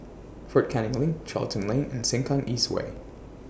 Fort Canning LINK Charlton Lane and Sengkang East Way